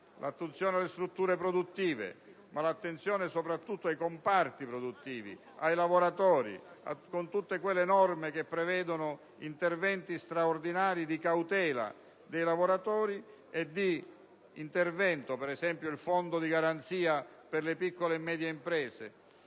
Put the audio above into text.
L'attenzione alle strutture (anche produttive), ma soprattutto ai comparti produttivi e ai lavoratori (grazie alle norme che prevedono interventi straordinari di cautela dei lavoratori e interventi - penso, per esempio, al Fondo di garanzia per le piccole e medie imprese